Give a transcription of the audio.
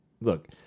look